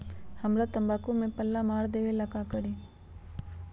हमरा तंबाकू में पल्ला मार देलक ये ला का करी?